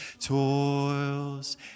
toils